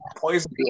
poison